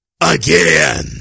again